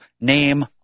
name